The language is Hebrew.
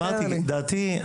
לדעתי,